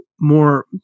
more